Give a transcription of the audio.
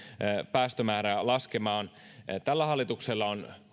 päästömäärää laskemaan tällä hallituksella on